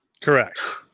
correct